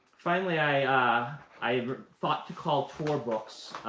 finally, i ah i thought to call tor books,